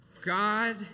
God